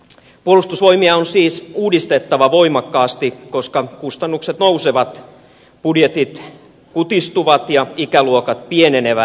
puolustusvoimia on siis uudistettava voimakkaasti koska kustannukset nousevat budjetit kutistuvat ja ikäluokat pienenevät